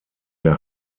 der